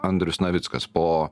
andrius navickas po